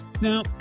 now